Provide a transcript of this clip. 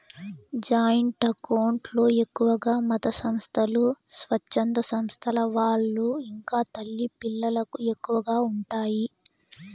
joint account లో ఎక్కువగా మతసంస్థలు, స్వచ్ఛంద సంస్థల వాళ్ళు ఇంకా తల్లి పిల్లలకు ఎక్కువగా ఉంటాయి